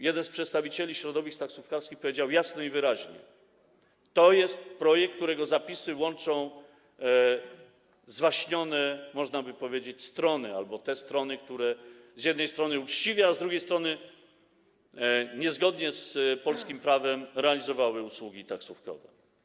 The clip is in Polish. Jeden z przedstawicieli środowisk taksówkarskich powiedział jasno i wyraźnie: to jest projekt, którego zapisy łączą zwaśnione, można powiedzieć, strony albo te strony, które z jednej strony uczciwie, z drugiej strony niezgodnie z polskim prawem realizowały usługi taksówkowe.